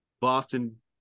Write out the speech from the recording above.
Boston